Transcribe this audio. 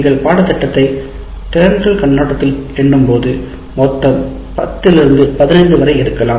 நீங்கள் பாடத்திட்டத்தை திறன்கள் கண்ணோட்டத்தில் எண்ணும்போது மொத்தம் பத்து இலிருந்து 15 வரை இருக்கலாம்